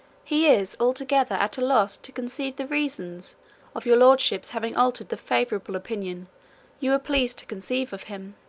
he is altogether at a loss to conceive the reasons of your lordships' having altered the favourable opinion you were pleased to conceive of him,